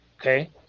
okay